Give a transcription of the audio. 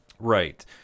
Right